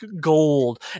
gold